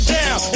down